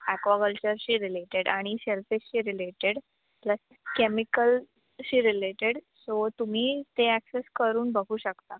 ॲक्वाकल्चरशी related आणि shell फिशशी related plus केमिकल्सशी रिलेटेड सो तुम्ही ते ॲक्सेस करून बघू शकता